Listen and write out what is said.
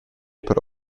per